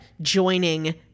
joining